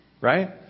Right